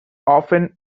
often